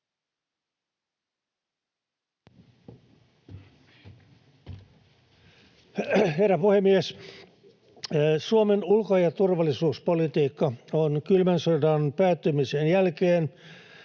Herra puhemies! Suomen ulko- ja turvallisuuspolitiikka on kylmän sodan päättymisen jälkeen